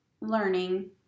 learning